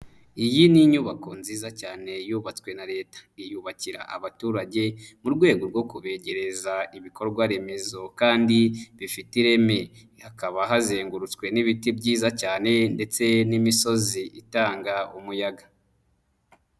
Iyi ni inyubako nziza cyane yubatswe na Leta iyubakira abaturage, mu rwego rwo kubegereza ibikorwaremezo kandi bifite ireme. Hakaba hazengurutswe n'ibiti byiza cyane ndetse n'imisozi itanga umuyaga.